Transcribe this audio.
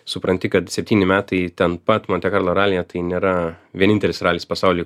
supranti kad septyni metai ten pat monte karlo ralyje tai nėra vienintelis ralis pasauly